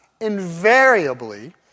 invariably